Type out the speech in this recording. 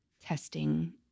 testing